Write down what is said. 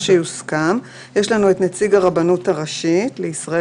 יש לנו את נציג הרבנות הראשית לישראל